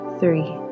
three